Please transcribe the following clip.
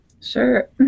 Sure